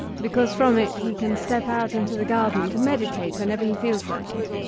because from it he can step out into the garden to meditate whenever he feels like it.